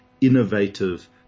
innovative